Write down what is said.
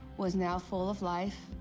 was now full of life.